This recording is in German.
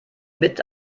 mit